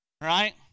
right